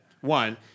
One